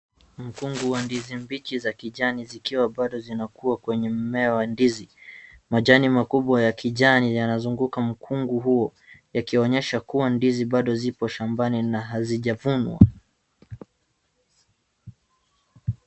Mkungu wa ndizi mbichi za kijani zikiwa bado zinakua kwenye mmea wa ndizi. Majani makubwa ya kijani yanazunguka mkungu huo yakionyesha kuwa ndizi bado zipo shambani na hazijavunwa.